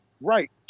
Right